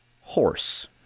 horse